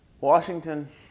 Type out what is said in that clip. Washington